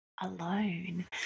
alone